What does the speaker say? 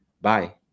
Bye